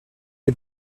est